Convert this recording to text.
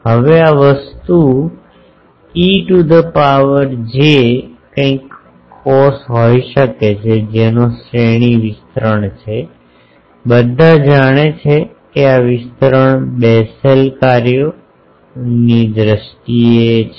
હવે આ વસ્તુ e to the power j કંઇક cos હોઈ શકે છે જેનો શ્રેણી વિસ્તરણ છે બધા જાણે છે કે આ વિસ્તરણ બેસેલ કાર્યોની દ્રષ્ટિએ છે